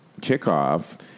kickoff